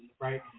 right